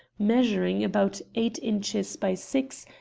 measuring about eight inches by six,